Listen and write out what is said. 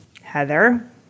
Heather